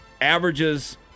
averages